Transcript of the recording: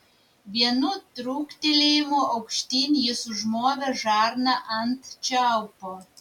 vienu trūktelėjimu aukštyn jis užmovė žarną ant čiaupo